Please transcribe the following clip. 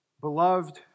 beloved